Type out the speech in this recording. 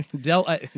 Del